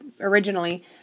originally